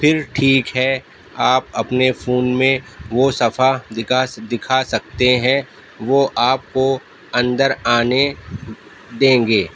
پھر ٹھیک ہے آپ اپنے فون میں وہ صفحہ دکا دکھا سکتے ہیں وہ آپ کو اندر آنے دیں گے